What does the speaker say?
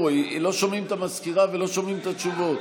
לא שומעים את המזכירה ולא שומעים את התשובות.